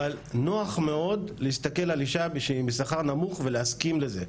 אבל נוח מאוד להסתכל על אישה שהיא עם שכר נמוך ולהסכים לזה,